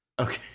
Okay